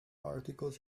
articles